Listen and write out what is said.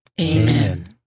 Amen